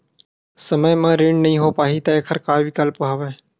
समय म ऋण नइ हो पाहि त एखर का विकल्प हवय?